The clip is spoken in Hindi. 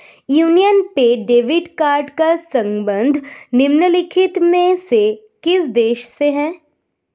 यूनियन पे डेबिट कार्ड का संबंध निम्नलिखित में से किस देश से है?